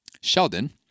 Sheldon